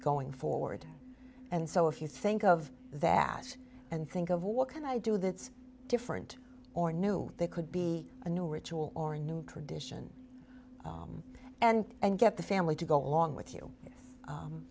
going forward and so if you think of that and think of what can i do that's different or new they could be a new ritual or a new tradition and and get the family to go along with you